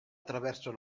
attraverso